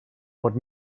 what